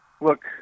Look